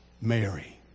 Mary